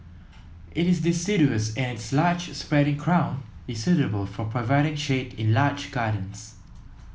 it is deciduous and its large spreading crown is suitable for providing shade in large gardens